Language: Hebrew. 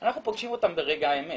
אנחנו פוגשים אותם ברגע האמת.